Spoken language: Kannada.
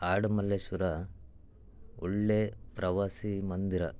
ಆಡುಮಲ್ಲೇಶ್ವರ ಒಳ್ಳೆಯ ಪ್ರವಾಸಿ ಮಂದಿರ